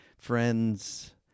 friends